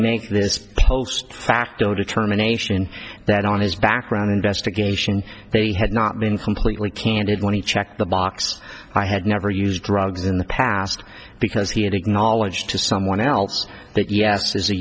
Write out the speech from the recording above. make this post facto determination that on his background investigation they had not been completely candid when he checked the box i had never used drugs in the past because he had acknowledged to someone else that yes as a